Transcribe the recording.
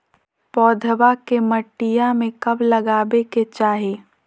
पौधवा के मटिया में कब लगाबे के चाही?